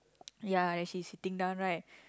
ya and she sitting down right